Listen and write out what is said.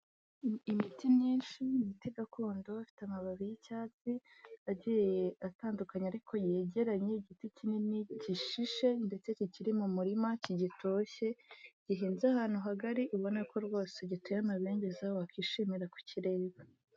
Imiti myinshi, ni imiti gakondo ifite amababi y'icyatsi agiye atandukanye ariko yegeranye, igiti kinini gishishe ndetse kikiri mu murima kigitoshye, gihinze ahantu hagari ubona ko rwose giteye amabengeza wakishimira kukireba.